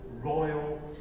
royal